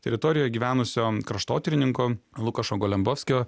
teritorijoje gyvenusio kraštotyrininko lukašo golembofskio